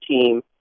team